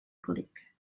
click